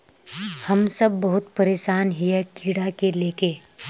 हम सब बहुत परेशान हिये कीड़ा के ले के?